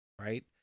right